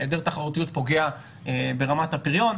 היעדר תחרותיות פוגע ברמת הפריון.